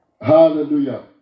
Hallelujah